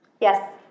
Yes